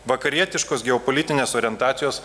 vakarietiškos geopolitinės orientacijos